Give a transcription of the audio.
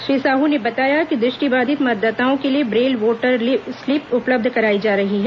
श्री साहू ने बताया कि दृष्टिबाधित मतदाताओं के लिए ब्रेल वोटर स्लिप उपलब्ध कराई जा रही है